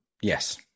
yes